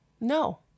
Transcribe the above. No